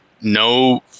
no